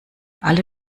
alle